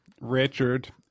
Richard